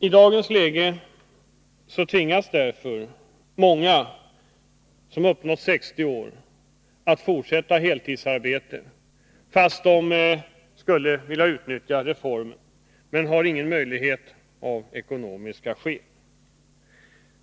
I dagens läge tvingas därför många som uppnått 60 år att fortsätta heltidsarbete fast de skulle vilja utnyttja reformen. De har ingen möjlighet av ekonomiska skäl.